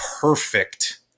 perfect